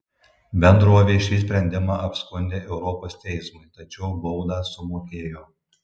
bendrovė šį sprendimą apskundė europos teismui tačiau baudą sumokėjo